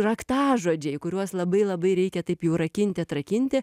raktažodžiai kuriuos labai labai reikia taip jau rakinti atrakinti